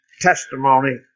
testimony